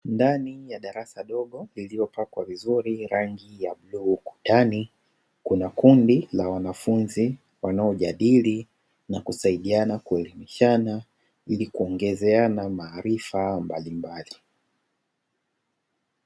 Ndani ya darasa dogo lililopakwa vizuri rangi ya bluu ukutani, kuna kundi la wanafunzi wanaojadili na kusaidiana kuelimishana ili kuongezeana maarifa mbalimbali.